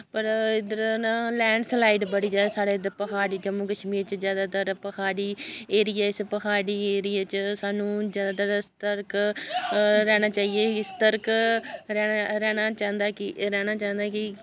पर इद्धर ना लैंड स्लाइड बड़ी जैदा साढ़ै इद्धर प्हाड़ी जम्मू कश्मीर च जैदातर प्हाड़ी एरिये च प्हाड़ी एरिये च सानूं जैदातर सतर्क रैह्ना चाहिये सतर्क रैह्ना चांह्दा रैह्ना चांह्दा कि